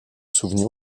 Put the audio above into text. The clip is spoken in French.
souvenir